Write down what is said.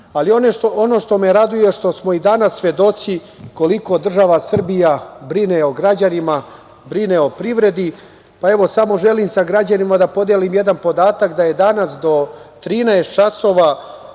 što me raduje jeste što smo i danas svedoci koliko država Srbija brine o građanima, brine o privredi, pa samo želim sa građanima da podelim jedan podatak da se danas do 13.00 časova